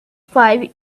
five